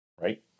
right